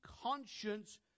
conscience